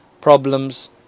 problems